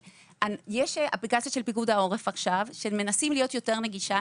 יש אפליקציה של פיקוד העורף שמנסים יותר להנגיש אותה.